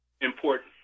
important